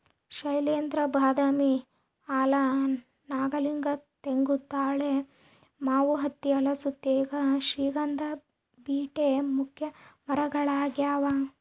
ಶೈಲೇಂದ್ರ ಬಾದಾಮಿ ಆಲ ನಾಗಲಿಂಗ ತೆಂಗು ತಾಳೆ ಮಾವು ಹತ್ತಿ ಹಲಸು ತೇಗ ಶ್ರೀಗಂಧ ಬೀಟೆ ಮುಖ್ಯ ಮರಗಳಾಗ್ಯಾವ